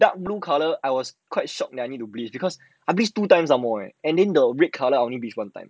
dark blue colour I was quite shock that I need to bleach because I bleach two times some more eh and then the red colour I only bleach one time